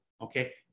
Okay